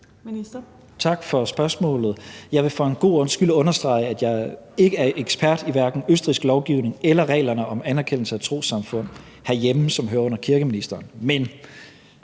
Tesfaye): Tak for spørgsmålet. Jeg vil for en god ordens skyld understrege, at jeg hverken er ekspert i østrigsk lovgivning eller reglerne om anerkendelse af trossamfund herhjemme, som hører under kirkeministeren. Men